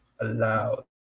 allowed